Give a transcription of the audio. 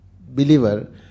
believer